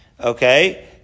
Okay